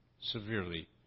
severely